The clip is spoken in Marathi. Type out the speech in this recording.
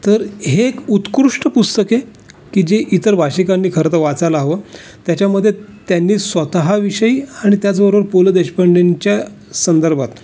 तर हे एक उत्कृष्ट पुस्तक आहे की जे इतर भाषिकांनी खरंतर वाचायला हवं त्याच्यामधे त्यांनी स्वतः विषयी आणि त्याचबरोबर पु ल देशपांडेंच्या संदर्भात